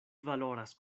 valoras